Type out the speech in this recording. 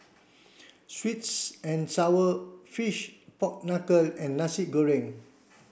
sweets and sour fish pork knuckle and Nasi Goreng